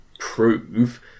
prove